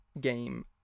game